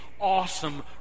awesome